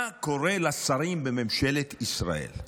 מה קורה לשרים בממשלת ישראל?